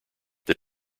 that